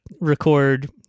record